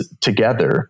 together